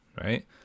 Right